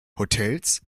hotels